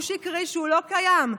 הוא שקרי והוא לא קיים.